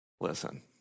listen